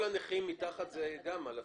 שכל הנכים מתחת זה גם אלפים.